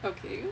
okay